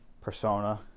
persona